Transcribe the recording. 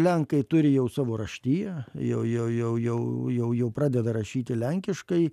lenkai turi jau savo raštiją jau jau jau jau jau pradeda rašyti lenkiškai